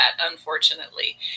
unfortunately